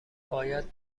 باید